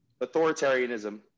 authoritarianism